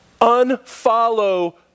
Unfollow